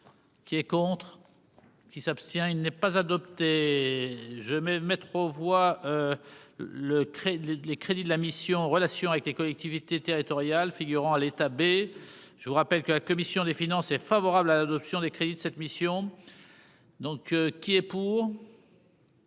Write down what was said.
qui est contre qui s'abstient, il n'est pas adopté, je me mettre aux voix le crée les les crédits de la mission Relations avec les collectivités territoriales figurant à l'état B je vous rappelle que la commission des finances, est favorable à l'adoption des crédits de cette mission, donc qui est pour.